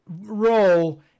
role